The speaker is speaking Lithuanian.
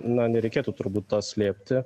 na nereikėtų turbūt to slėpti